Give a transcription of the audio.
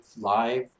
live